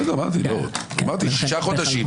בסדר, אמרתי שישה חודשים.